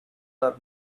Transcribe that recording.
are